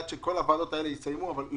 עד שכל הוועדות האלה יסיימו את עבודתן,